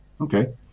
Okay